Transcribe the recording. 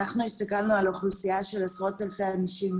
אנחנו הסתכלנו על אוכלוסייה של עשרות אלפי אנשים.